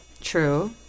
True